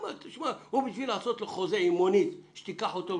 הוא כדי לעשות חוזה עם מונית שתיקח את הילד,